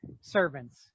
servants